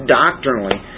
doctrinally